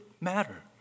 matter